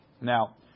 Now